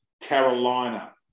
Carolina